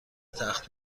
تخت